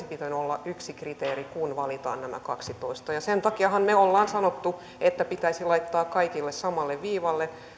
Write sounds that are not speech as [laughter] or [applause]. [unintelligible] pitänyt olla yksi kriteeri kun valitaan nämä kaksitoista ja sen takiahan me olemme sanoneet että pitäisi laittaa kaikki samalle viivalle